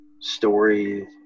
story